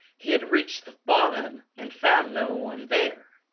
he had reached the bottom and found no one there.